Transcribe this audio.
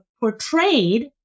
portrayed